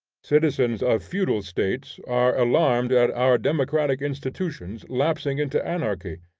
citizens of feudal states are alarmed at our democratic institutions lapsing into anarchy,